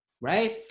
right